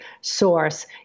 source